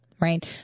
Right